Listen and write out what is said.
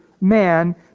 man